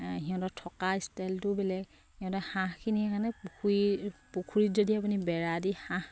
সিহঁতৰ থকাৰ ষ্টাইলটো বেলেগ সিহঁতে হাঁহখিনিয়ে মানে পুখুৰী পুখুৰীত যদি আপুনি বেৰা দি হাঁহ থয়